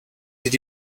did